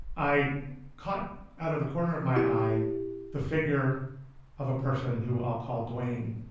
i caught out of the corner of my eye the figure of a person who i'll call dwayne.